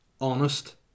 honest